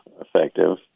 effective